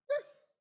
Yes